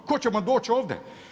Tko će vam doći ovdje?